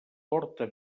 porta